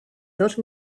dos